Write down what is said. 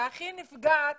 והכי נפגעת